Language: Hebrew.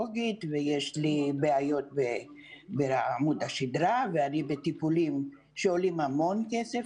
קרדיולוגית ובעיות בעמוד השדרה ואני בטיפולים שעולים המון כסף,